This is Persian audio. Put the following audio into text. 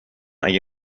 اگه